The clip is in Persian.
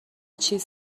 چیز